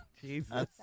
Jesus